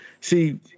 see